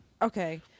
Okay